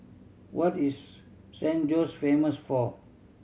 what is San Jose famous for